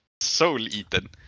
soul-eaten